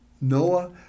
Noah